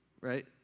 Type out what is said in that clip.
Right